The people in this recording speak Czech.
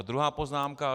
Druhá poznámka.